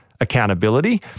accountability